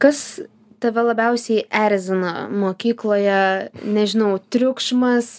kas tave labiausiai erzina mokykloje nežinau triukšmas